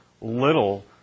little